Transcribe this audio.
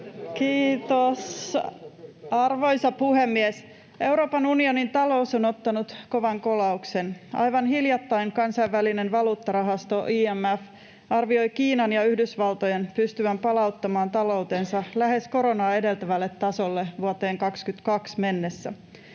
Kiitos, arvoisa puhemies! Euroopan unionin talous on ottanut kovan kolauksen. Aivan hiljattain Kansainvälinen valuuttarahasto IMF arvioi Kiinan ja Yhdysvaltojen pystyvän palauttamaan taloutensa lähes koronaa edeltävälle tasolle vuoteen 2022 mennessä